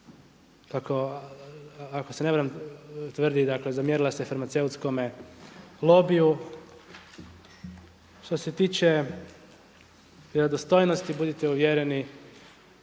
ako se ne varam tvrdi dakle zamjerila se farmaceutskome lobiju. Što se tiče vjerodostojnosti vjerujte